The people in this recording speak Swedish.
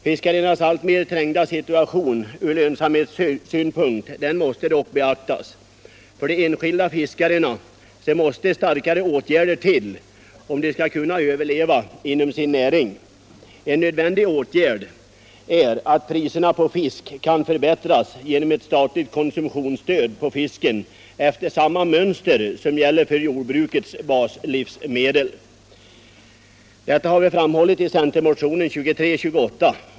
Fiskarnas alltmer trängda situation från lönsamhetssynpunkt måste beaktas. För de enskilda fiskarna måste kraftigare åtgärder till om de skall kunna överleva inom sin näring. En nödvändig åtgärd är att priserna på fisk förbättras genom ett statligt konsumtionsstöd på fisken efter samma mönster som gäller för jordbrukets baslivsmedel. Detta har vi framhållit i centermotionen 2328.